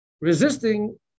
Resisting